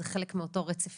זה חלק מאותו רצף